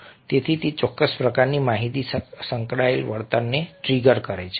તેથી તે ચોક્કસ પ્રકારની માહિતી સંકળાયેલ વર્તનને ટ્રિગર કરે છે